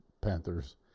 Panthers